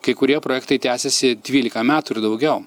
kai kurie projektai tęsiasi dvylika metų ir daugiau